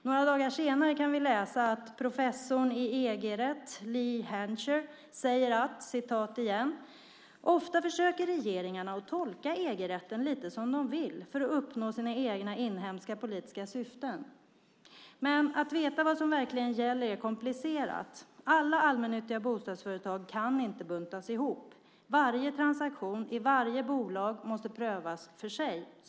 Några dagar senare kunde vi läsa att professorn i EG-rätt Leigh Hancher säger: "Ofta försöker regeringarna att tolka EG-rätten lite som de vill, för att uppnå sina egna inhemska politiska syften. Men att veta vad som verkligen gäller är komplicerat." Hon fortsätter: "Alla allmännyttiga bostadsföretag kan inte buntas ihop på det sättet. Varje transaktion i varje bolag måste prövas för sig."